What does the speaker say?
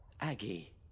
Aggie